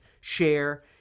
share